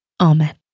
Amen